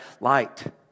Light